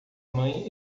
mãe